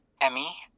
Emmy